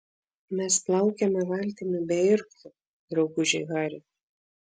mes plaukiame valtimi be irklų drauguži hari